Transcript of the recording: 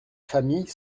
famille